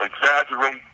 exaggerate